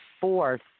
fourth